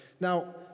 Now